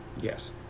Yes